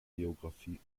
geographie